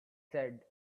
said